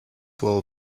will